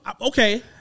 okay